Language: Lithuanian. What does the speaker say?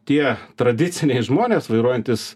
tie tradiciniai žmonės vairuojantys